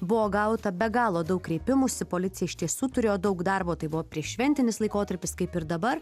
buvo gauta be galo daug kreipimųsi policija iš tiesų turėjo daug darbo tai buvo prieššventinis laikotarpis kaip ir dabar